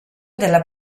della